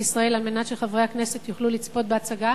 ישראל על מנת שחברי הכנסת יוכלו לצפות בהצגה